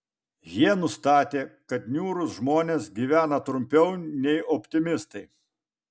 jie nustatė kad niūrūs žmonės gyvena trumpiau nei optimistai